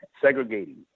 segregating